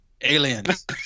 Aliens